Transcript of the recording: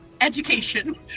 education